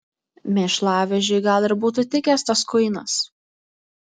mėšlavežiui gal ir būtų tikęs tas kuinas